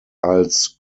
als